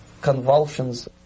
convulsions